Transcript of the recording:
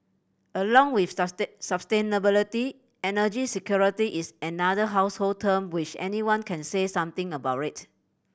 along with sustainability energy security is another household term which anyone can say something about rate